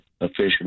officially